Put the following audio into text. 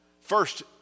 First